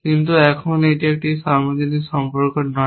কিন্তু এখন এটি একটি সর্বজনীন সম্পর্ক নয়